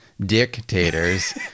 dictators